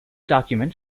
document